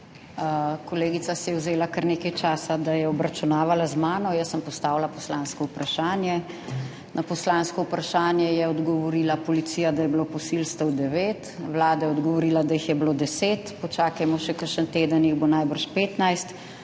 Kolegica si je vzela kar nekaj časa, da je obračunavala z mano. Jaz sem postavila poslansko vprašanje, na poslansko vprašanje je odgovorila policija, da je bilo posilstev devet, Vlada je odgovorila, da jih je bilo 10, počakajmo še kakšen teden, jih bo najbrž 15.